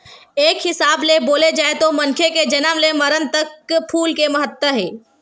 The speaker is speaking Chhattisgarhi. एक हिसाब ले बोले जाए तो मनखे के जनम ले मरन तक फूल के महत्ता हे